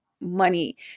Money